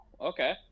okay